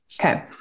Okay